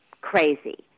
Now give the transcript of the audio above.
crazy